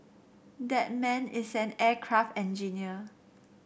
that man is an aircraft engineer